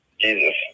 Jesus